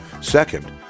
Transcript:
Second